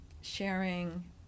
sharing